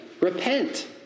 Repent